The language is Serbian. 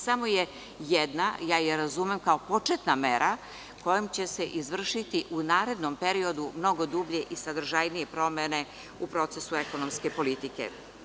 Samo je jedna, i ja je razumem, kao početna mera kojom će se izvršiti u narednom periodu mnogo dublje i sadržajnije promene u procesu ekonomske politike.